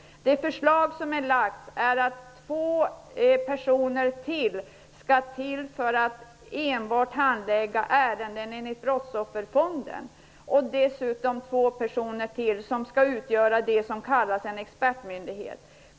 Det förslag som är framlagt innebär att ytterligare två personer enbart skall handlägga sådana ärenden. Dessutom skall två personer utgöra en expertmyndighet.